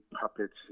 puppets